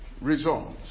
Results